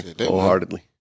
wholeheartedly